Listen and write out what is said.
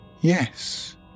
Yes